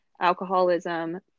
alcoholism